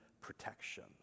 protection